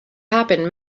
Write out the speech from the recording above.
happened